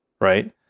right